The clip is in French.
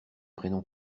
prénom